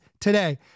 today